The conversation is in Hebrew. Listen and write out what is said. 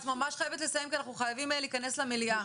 את ממש חייבת לסיים כי אנחנו חייבים להיכנס למליאה.